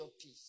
peace